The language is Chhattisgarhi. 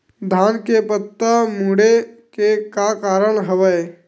धान के पत्ता मुड़े के का कारण हवय?